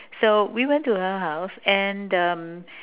so we went to her house and um